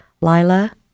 Lila